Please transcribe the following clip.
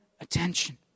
attention